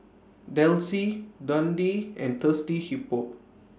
Delsey Dundee and Thirsty Hippo